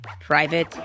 private